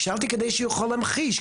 שאלתי כדי שהוא יוכל להמחיש,